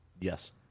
yes